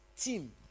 team